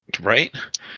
Right